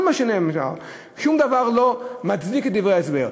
כל מה שנאמר, שום דבר לא מצדיק את דברי ההסבר.